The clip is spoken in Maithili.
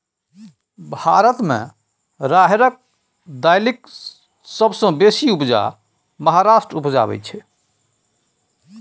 भारत मे राहरि दालिक सबसँ बेसी उपजा महाराष्ट्र उपजाबै छै